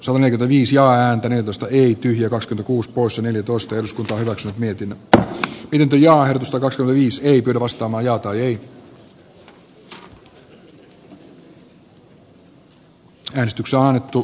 salonen vviisi ääntä neuvostoeliitin ja kakskytkuus poissa neljätoista eduskunta hyväksyi miettimättä pidempi ja hoidosta ei pidä jaha merkitään edustaja saarakkalan ilmoitus